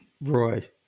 Roy